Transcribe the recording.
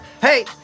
hey